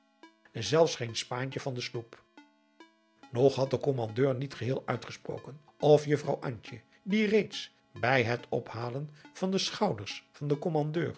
zelfs geen spaantje van de sloep nog had de kommandeur niet geheel uitgesproken of juffrouw antje die reeds bij het ophalen van de schouders van den